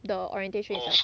the orientation